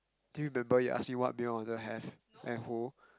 do you remember you ask me what meal I wanted to have at home